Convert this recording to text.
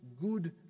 good